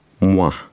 moi